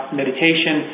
meditation